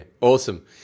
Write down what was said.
Awesome